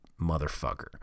motherfucker